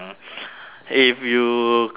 if you could